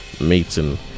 meeting